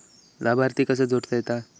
लाभार्थी कसा जोडता येता?